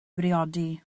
briodi